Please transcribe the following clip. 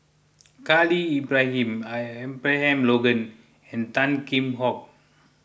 Khalil Ibrahim Abraham Logan and Tan Kheam Hock